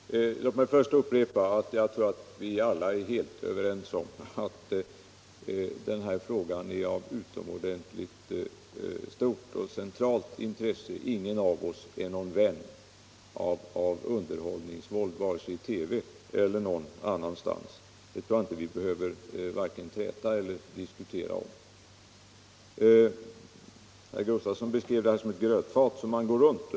Herr talman! Låt mig först upprepa att jag tror att vi alla är överens om att denna fråga är av utomordentligt stort och centralt intresse. Ingen av oss är någon vän av underhållningsvåld, vare sig i TV eller någon annanstans. Det tror jag inte vi behöver vare sig träta eller tvista om. Herr Gustavsson i Alvesta beskrev detta problem som ett grötfat som man går runt.